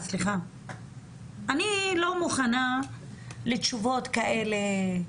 אני לא מוכנה לתשובות כאלה.